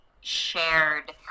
shared